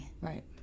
Right